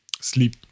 sleep